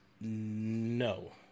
No